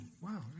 wow